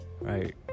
Right